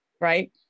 right